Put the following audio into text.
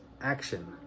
Action